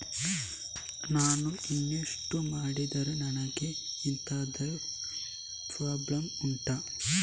ನಾನು ಇನ್ವೆಸ್ಟ್ ಮಾಡಿದ್ರೆ ನನಗೆ ಎಂತಾದ್ರು ಪ್ರಾಬ್ಲಮ್ ಉಂಟಾ